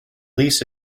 lease